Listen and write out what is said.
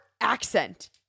accent